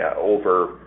over